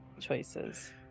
Choices